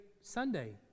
Sunday